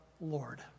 Lord